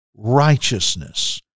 righteousness